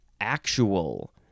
actual